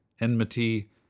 enmity